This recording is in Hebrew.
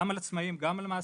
גם על עצמאיים, גם על מעסיקים,